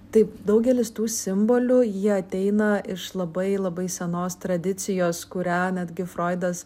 taip daugelis tų simbolių jie ateina iš labai labai senos tradicijos kurią netgi froidas